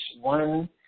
one